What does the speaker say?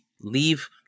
leave